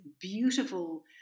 beautiful